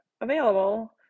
available